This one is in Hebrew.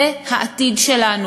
זה העתיד שלנו.